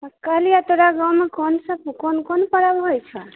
कहलियौ तोरा गाँवमे कोन सभ कोन कोन पर्ब होइ छऽ